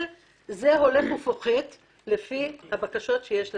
זה הולך ופוחת לפי הבקשות שיש לפנינו.